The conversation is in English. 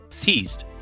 teased